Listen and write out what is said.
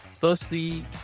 firstly